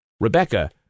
Rebecca